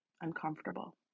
uncomfortable